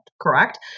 correct